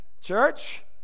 church